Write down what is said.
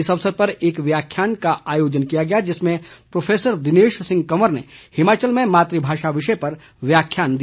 इस अवसर पर एक व्याख्यान का आयोजन किया गया जिसमें प्रोफेसर दिनेश सिंह कंवर ने हिमाचल में मात् भाषा विषय पर व्याख्यान दिया